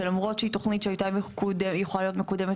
שלמרות שהיא תוכנית שהייתה יכולה להיות מקודמת